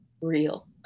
real